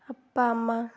ಅಪ್ಪ ಅಮ್ಮ